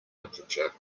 literature